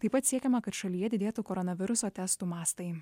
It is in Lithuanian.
taip pat siekiama kad šalyje didėtų koronaviruso testų mastai